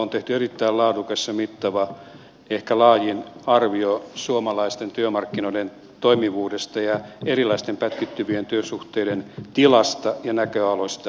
on tehty erittäin laadukas ja mittava ehkä laajin arvio suomalaisten työmarkkinoiden toimivuudesta ja erilaisten pätkittyvien työsuhteiden tilasta ja näköaloista